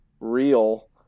real